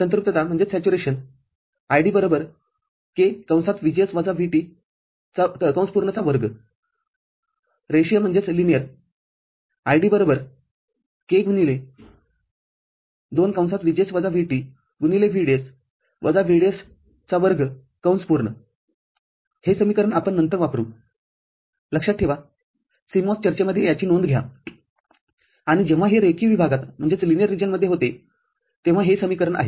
संपृक्तता ID kVGS - VT2 रेषीय ID k2VGS - VTVDS VDS2 हे समीकरण आपण नंतर वापरू लक्षात ठेवा CMOS चर्चेमध्ये याची नोंद घ्या आणि जेव्हा हे रेखीय विभागात होते तेव्हा हे समीकरण आहे